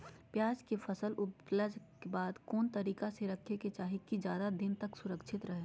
प्याज के फसल ऊपजला के बाद कौन तरीका से रखे के चाही की ज्यादा दिन तक सुरक्षित रहय?